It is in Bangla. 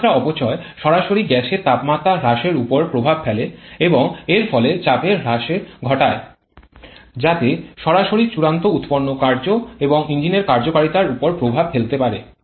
তাপমাত্রা অপচয় সরাসরি গ্যাসের তাপমাত্রা হ্রাসের উপর প্রভাব ফেলে এবং এর ফলে চাপের হ্রাস ঘটায় যাতে সরাসরি চূড়ান্ত উৎপন্ন কার্য এবং ইঞ্জিনের কার্যকারিতার উপর প্রভাব ফেলতে পারে